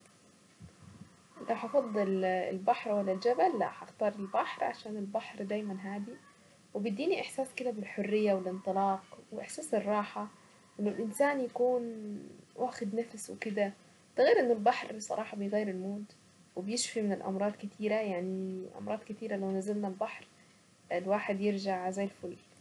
حيواني المفضل الاليف هو القطط. القطط بحبها جدا لانه القطط كائنات يعني تنظف نفسها اول باول وبتحب الاهتمام وفي نفس الوقت مستقلة يعني اللي هو خلاصلو حطتلها الوكل هي تاكل وعارفة ان هي هتعمل ايه هتنضف نفسها إزاي.